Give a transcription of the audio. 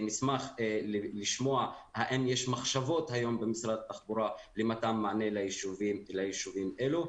נשמח לשמוע האם יש מחשבות היום במשרד התחבורה למתן מענה ליישובים אלו.